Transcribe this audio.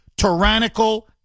tyrannical